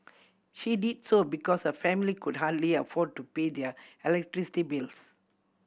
she did so because her family could hardly afford to pay their electricity bills